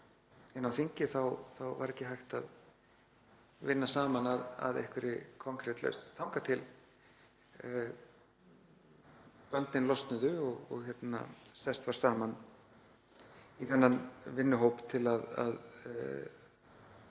inni á þingi þá var ekki hægt vinna saman að einhverri konkret lausn þangað til böndin losnuðu og sest var saman í þennan vinnuhóp til að